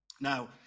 now